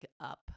up